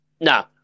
No